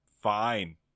fine